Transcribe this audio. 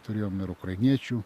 turėjom ir ukrainiečių